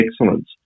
excellence